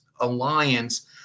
alliance